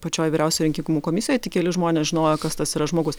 pačioj vyriausioj rinkimų komisijoj tik keli žmonės žinojo kas tas yra žmogus